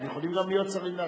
הם יכולים גם להיות שרים לעתיד,